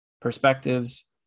perspectives